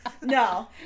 no